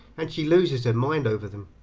and she loses her mind over them.